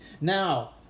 Now